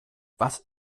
was